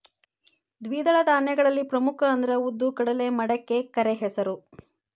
ದ್ವಿದಳ ಧಾನ್ಯಗಳಲ್ಲಿ ಪ್ರಮುಖ ಅಂದ್ರ ಉದ್ದು, ಕಡಲೆ, ಮಡಿಕೆ, ಕರೆಹೆಸರು